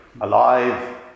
Alive